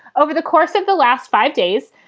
over the course of the last five days,